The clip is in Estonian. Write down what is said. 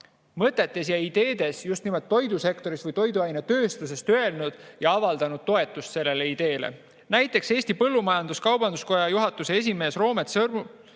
mõtetes ja ideedes just nimelt toidusektorist või toiduainetööstusest öelnud ja avaldanud toetust sellele ideele. Näiteks Eesti Põllumajandus-Kaubanduskoja juhatuse esimees Roomet Sõrmus